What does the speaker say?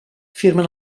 firmen